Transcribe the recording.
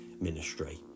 ministry